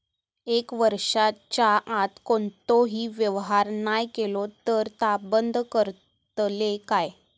एक वर्षाच्या आत कोणतोही व्यवहार नाय केलो तर ता बंद करतले काय?